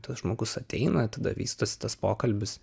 tas žmogus ateina tada vystosi tas pokalbis